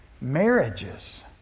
marriages